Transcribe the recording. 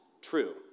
true